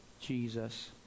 Jesus